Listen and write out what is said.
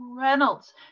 Reynolds